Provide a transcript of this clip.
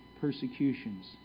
persecutions